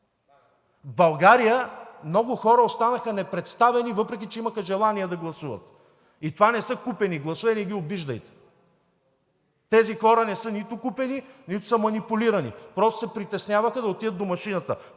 В България много хора останаха непредставени, въпреки че имаха желание да гласуват. И това не са купени гласове, не ги обиждайте. Тези хора не са нито купени, нито са манипулирани. Просто се притесняваха да отидат до машината.